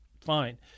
fine